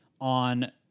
on